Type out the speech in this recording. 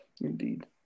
Indeed